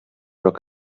rok